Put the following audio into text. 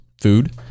food